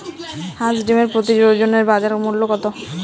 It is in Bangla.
হাঁস ডিমের প্রতি ডজনে বাজার মূল্য কত?